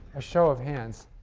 a show of hands.